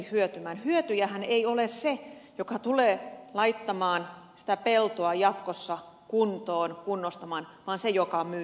hyötyjähän ei ole se joka tulee laittamaan sitä peltoa jatkossa kuntoon kunnostamaan vaan se joka myy